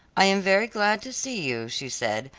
i am very glad to see you, she said,